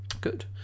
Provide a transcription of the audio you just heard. good